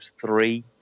three